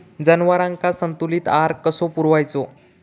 जनावरांका संतुलित आहार कसो पुरवायचो?